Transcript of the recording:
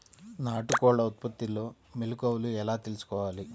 నాటుకోళ్ల ఉత్పత్తిలో మెలుకువలు ఎలా తెలుసుకోవాలి?